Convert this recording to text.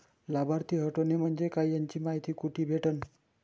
लाभार्थी हटोने म्हंजे काय याची मायती कुठी भेटन?